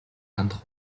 хандах